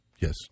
Yes